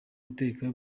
guteka